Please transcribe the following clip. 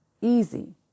easy